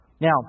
Now